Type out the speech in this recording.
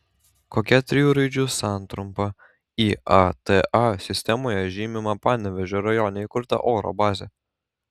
kokia trijų raidžių santrumpa iata sistemoje žymima panevėžio rajone įkurta oro bazė